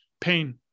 pain